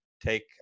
take –